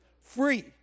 free